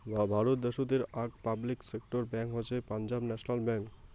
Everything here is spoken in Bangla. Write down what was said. ভারত দ্যাশোতের আক পাবলিক সেক্টর ব্যাঙ্ক হসে পাঞ্জাব ন্যাশনাল ব্যাঙ্ক